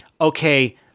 okay